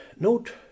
Note